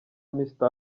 mister